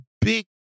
big